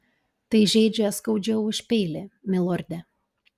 tai žeidžia skaudžiau už peilį milorde